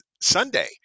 Sunday